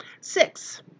Six